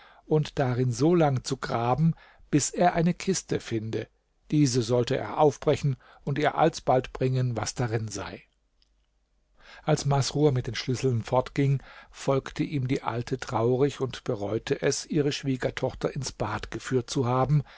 und darin so lang zu graben bis er eine kiste finde diese sollte er aufbrechen und ihr alsbald bringen was darin sei als masrur mit den schlüsseln fortging folgte ihm die alte traurig und bereute es ihre schwiegertochter ins bad geführt zu haben